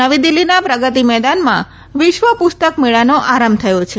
નવી દિલ્હીના પ્રગતિ મેદાનમાં વિશ્વ પુસ્તક મેળાનો આરંભ થયો છે